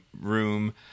room